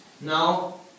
Now